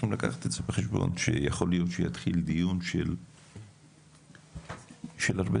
לקחת את זה בחשבון - שיכול להיות שיתחיל דיון שיארך הרבה